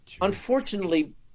Unfortunately